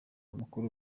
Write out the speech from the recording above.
mukuru